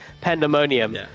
pandemonium